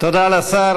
תודה לשר.